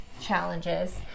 challenges